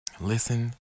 Listen